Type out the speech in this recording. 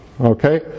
Okay